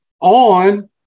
on